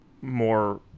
more